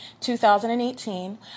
2018